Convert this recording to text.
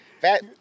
Fat